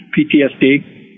PTSD